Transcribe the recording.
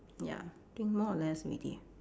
ya think more or less